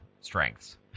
strengths